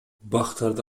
бактарды